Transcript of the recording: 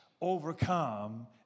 overcome